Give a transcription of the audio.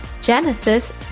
Genesis